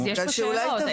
כי יש פה שאלות.